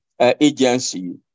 agency